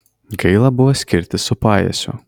gaila buvo skirtis su pajiesiu